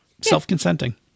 Self-consenting